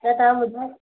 त तव्हां ॿुधायो